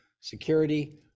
security